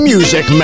Music